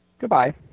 Goodbye